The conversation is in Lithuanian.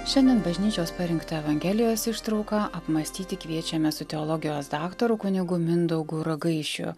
šiandien bažnyčios parinktą evangelijos ištrauką apmąstyti kviečiame su teologijos daktaru kunigu mindaugu ragaišiu